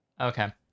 Okay